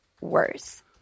worse